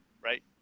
right